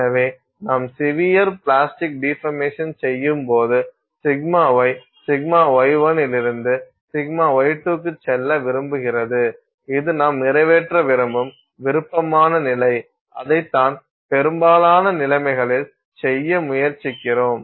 எனவே நாம் severe plastic deformation செய்யும்போது σy σy1 இலிருந்து σy2 க்கு செல்ல விரும்புகிறது இது நாம் நிறைவேற்ற விரும்பும் விருப்பமான நிலை அதைத்தான் பெரும்பாலான நிலைமைகளில் செய்ய முயற்சிக்கிறோம்